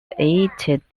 eight